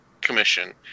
commission